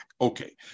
Okay